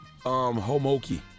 Homoki